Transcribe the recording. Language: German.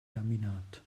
laminat